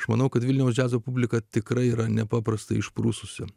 manau kad vilniaus džiazo publika tikrai yra nepaprastai išprususi